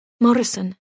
Morrison